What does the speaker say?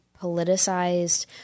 politicized